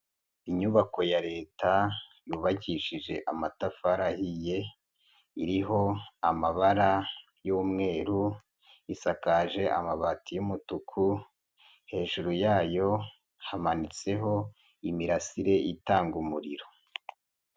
Inyubako ya leta yubakishije amatafari ahiye, iriho amabara y'umweru, isakaje amabati y'umutuku, hejuru yayo hamanitseho imirasire itanga umuriro.